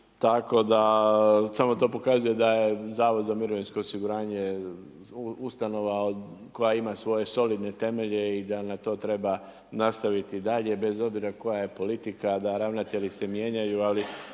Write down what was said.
Tako da, sve vam to pokazuje da je HZMO, ustanova koja ima svoje solidne temelje i da na to treba nastaviti dalje, bez obzira koja je politika, da ravnatelji se mijenjaju,